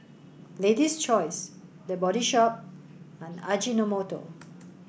Lady's Choice The Body Shop and Ajinomoto